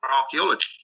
archaeology